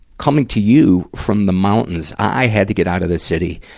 coming to you from the mountains. i had to get out of the city,